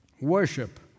worship